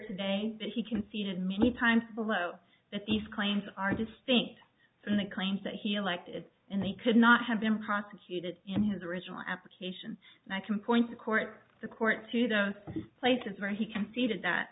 today that he conceded many times below that these claims are distinct from the claims that he elected and they could not have been prosecuted in his original application and i can point the court the court to the places where he conceded that